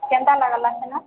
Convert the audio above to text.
କେନ୍ତା ଲାଗିଲା ସିନା